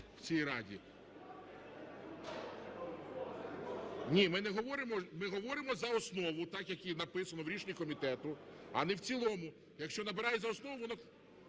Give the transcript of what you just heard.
ми говоримо за основу так як і написано в рішенні комітету, а не в цілому. Якщо набирає за основу, воно…